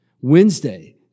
Wednesday